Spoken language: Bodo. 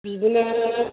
बिदिनो